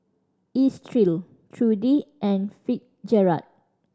Estill Trudie and Fitzgerald